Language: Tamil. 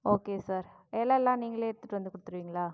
ஓகே சார் இலலாம் நீங்களே எடுத்துகிட்டு வந்து கொடுத்துருவீங்களா